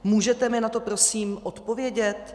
Můžete mi na to prosím odpovědět?